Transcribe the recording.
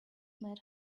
mad